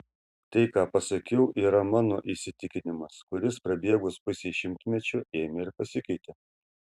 tai ką pasakiau yra mano įsitikinimas kuris prabėgus pusei šimtmečio ėmė ir pasikeitė